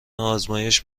آزمایش